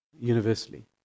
universally